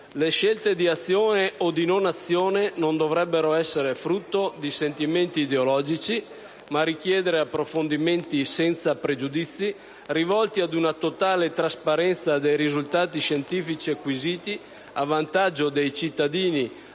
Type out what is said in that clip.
le scelte di azione o di non-azione non dovrebbero essere frutto di sentimenti ideologici, ma richiedere approfondimenti senza pregiudizi rivolti ad una totale trasparenza dei risultati scientifici acquisiti a vantaggio dei cittadini,